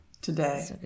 today